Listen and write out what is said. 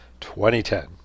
2010